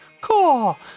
Cool